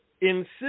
insist